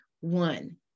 One